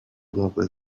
lovely